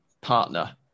partner